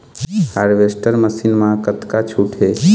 Harvester machine मा कतका छूट हे?